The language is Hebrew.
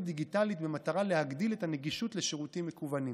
דיגיטלית במטרה להגדיל את הנגישות של שירותים מקוונים.